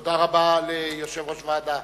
תודה רבה ליושב-ראש הוועדה.